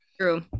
True